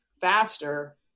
faster